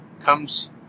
Comes